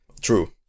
true